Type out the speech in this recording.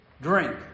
drink